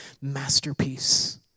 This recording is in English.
masterpiece